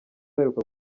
aheruka